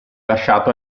lasciato